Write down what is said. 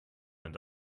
and